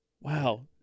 Wow